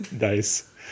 Nice